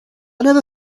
never